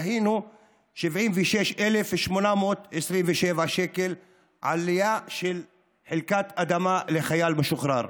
דהיינו 76,827 שקל עלייה של חלקת אדמה לחייל משוחרר,